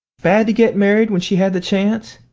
bad to get married when she had the chance?